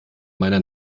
meiner